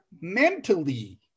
mentally